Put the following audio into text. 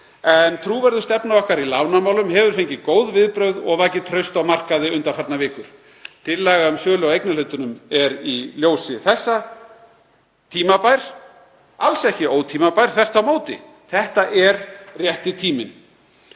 en trúverðug stefna okkar í lánamálum hefur fengið góð viðbrögð og vakið traust á markaði undanfarnar vikur. Tillaga um sölu á eignarhlutanum er í ljósi þessa tímabær, alls ekki ótímabær, þvert á móti. Þetta er rétti tíminn.